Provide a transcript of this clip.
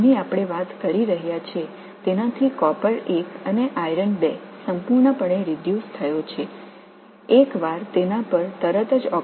எனவே நாம் பேசும் இந்த கலவை காப்பர் I மற்றும் இரும்பு II ஐ முழுமையாகக் குறைத்துள்ளது